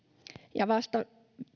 vasta